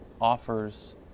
offers